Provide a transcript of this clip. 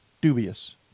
dubious